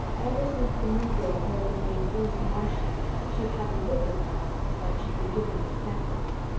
ever since the new girl heard the name bruce marchant, she'd had a look in her eyes like she'd been given the sacrament.